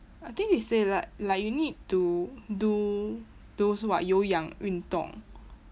I think they say like like you need to do those what 有氧运动